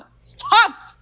Stop